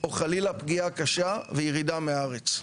או חלילה פגיעה קשה וירידה מהארץ.